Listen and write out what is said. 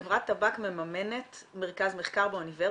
חברת טבק מממנת מרכז מחקר באוניברסיטה?